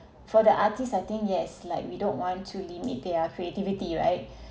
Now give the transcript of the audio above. for the artist I think yes like we don't want to limit their creativity right